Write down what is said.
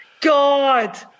God